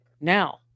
Now